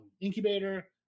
incubator